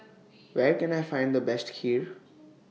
Where Can I Find The Best Kheer